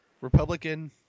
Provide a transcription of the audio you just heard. Republican